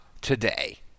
today